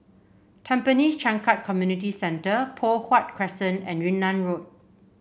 Tampines Changkat Community Centre Poh Huat Crescent and Yunnan Road